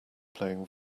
playing